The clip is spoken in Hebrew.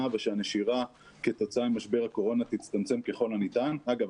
ושהנשירה כתוצאה ממשבר הקורונה תצטמצם ככל הניתן - אגב,